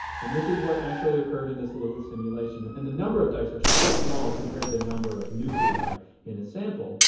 and this is what actually occurred in this little simulation. and and the number of dice are so small compared to the number of nuclei in a sample.